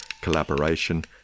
collaboration